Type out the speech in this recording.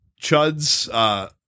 chuds